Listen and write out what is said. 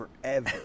forever